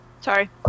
Sorry